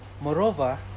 Moreover